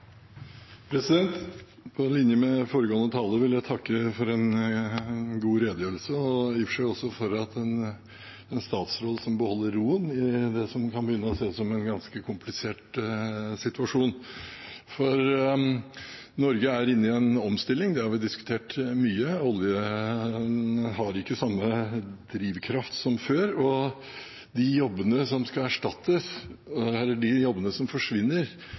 På linje med foregående taler vil jeg takke for en god redegjørelse og for en statsråd som beholder roen i det som kan begynne å se ut som en ganske komplisert situasjon. Norge er inne i en omstilling, det har vi diskutert mye. Oljen har ikke samme drivkraft som før, og de jobbene som forsvinner, har en verdiskaping på 10–12 mill. kr per arbeidsplass. De arbeidsplassene som